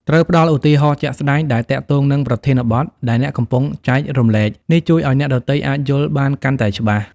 ត្រូវផ្តល់ឧទាហរណ៍ជាក់ស្ដែងដែលទាក់ទងនឹងប្រធានបទដែលអ្នកកំពុងចែករំលែក។ នេះជួយឲ្យអ្នកដទៃអាចយល់បានកាន់តែច្បាស់។